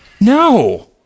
No